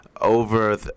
over